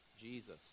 Jesus